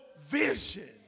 Vision